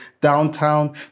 downtown